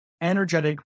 energetic